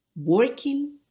Working